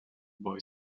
boy